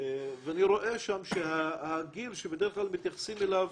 זה גיל שמתאים יותר לענף,